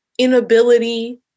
Inability